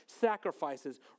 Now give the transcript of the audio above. sacrifices